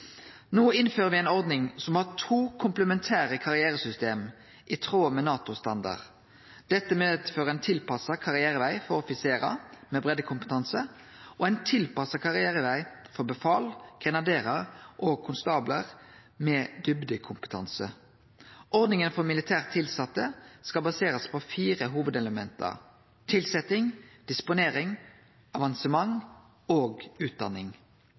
No innfører me ei ordning som har to komplementære karrieresystem i tråd med NATO-standard. Dette medfører ein tilpassa karriereveg for offiserar med breiddekompetanse og ein tilpassa karriereveg for befal, grenaderar og konstablar med djupnekompetanse. Ordninga for militært tilsette skal baserast på fire hovudelement: tilsetjing, disponering, avansement og utdanning.